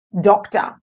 doctor